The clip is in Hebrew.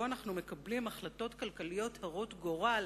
אנחנו מקבלים החלטות כלכליות הרות גורל